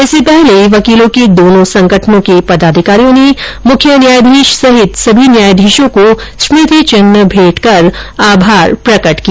इससे पहले वकीलों के दोनो संगठनों के पदाधिकारियों ने मुख्य न्यायाधीश सहित सभी न्यायाधीशों को स्मृति चिह्न भेंट कर आभार प्रकट किया